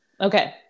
okay